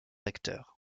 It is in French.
acteur